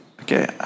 okay